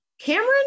Cameron